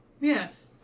Yes